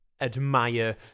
admire